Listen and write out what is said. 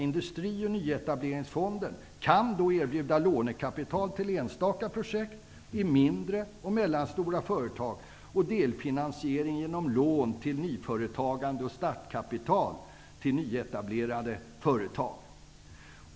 Industri och nyetableringsfonden kan då erbjuda lånekapital till enstaka projekt i mindre och mellanstora företag, delfinansiering genom lån till nyföretagande och startkapital till nyetablerade företag.